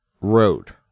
Road